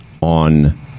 on